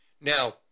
Now